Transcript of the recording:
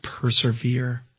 persevere